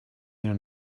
there